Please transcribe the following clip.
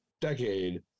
decade